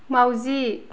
माउजि